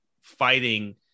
fighting